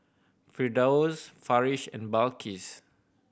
Firdaus Farish and Balqis